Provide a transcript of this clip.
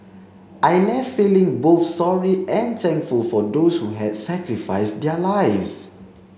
I left feeling both sorry and thankful for those who had sacrificed their lives